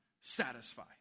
satisfy